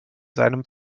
seinem